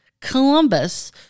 Columbus